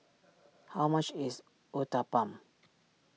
how much is Uthapam